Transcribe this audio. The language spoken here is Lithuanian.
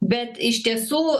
bet iš tiesų